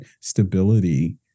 stability